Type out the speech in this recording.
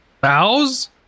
bows